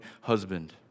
husband